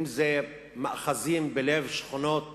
אם מאחזים בלב שכונות